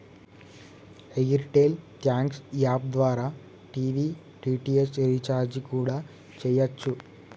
air tell thanks app ద్వారా TV DTH recharge కూడా చెయ్యచ్చు